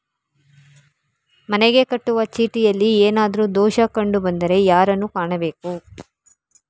ಮನೆಗೆ ಕಟ್ಟುವ ಚೀಟಿಯಲ್ಲಿ ಏನಾದ್ರು ದೋಷ ಕಂಡು ಬಂದರೆ ಯಾರನ್ನು ಕಾಣಬೇಕು?